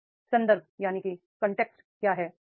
अब कनटेक्स्ट क्या है